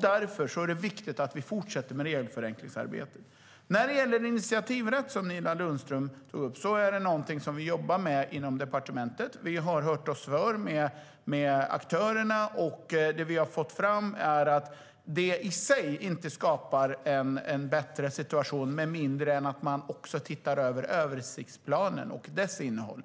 Därför är det viktigt att vi fortsätter med regelförenklingsarbetet. När det gäller initiativrätten som Nina Lundström tog upp är det någonting som vi jobbar med inom departementet. Vi har hört oss för med aktörerna, och det vi har fått fram är att detta i sig inte skapar en bättre situation med mindre än att man också tittar över översiktsplanen och dess innehåll.